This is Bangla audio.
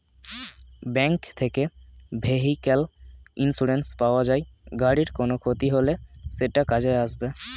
ব্যাঙ্ক থেকে ভেহিক্যাল ইন্সুরেন্স পাওয়া যায়, গাড়ির কোনো ক্ষতি হলে সেটা কাজে আসবে